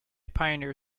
pioneer